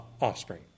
offspring